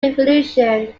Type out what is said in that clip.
revolution